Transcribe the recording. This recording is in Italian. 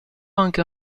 anche